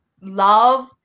love